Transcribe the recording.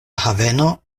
haveno